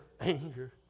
anger